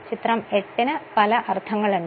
ചിത്രം എട്ടിനു പല അർഥങ്ങളുണ്ട്